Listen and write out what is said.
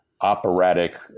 operatic